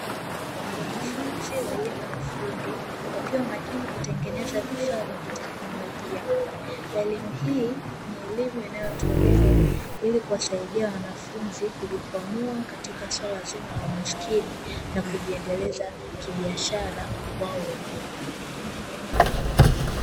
Wanafunzi wa elimu ya ufundi, wakiwa makini kutengeneza vifaa vya kiteknolojia, elimu hii ni elimu inayotolewa ili kuwasaidia wanafunzi kujikwamua katika suala zima la umaskini, na kujiendeleza kibiashara wao wenyewe.